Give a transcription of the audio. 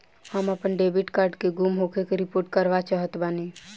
हम आपन debit card के गुम होखे के रिपोर्ट करवाना चाहत बानी